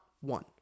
one